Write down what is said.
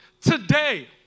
today